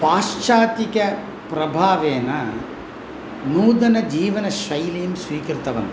पाश्च्चात्तिक प्रभावेन नूतन जीवनशैलीं स्वीकृतवन्तः